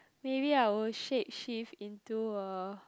maybe I would shapeshift into a